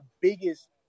biggest